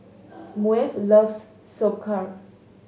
Myrle loves Sauerkraut